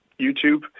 YouTube